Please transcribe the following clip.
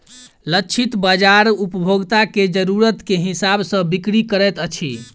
लक्षित बाजार उपभोक्ता के जरुरत के हिसाब सॅ बिक्री करैत अछि